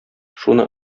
шуны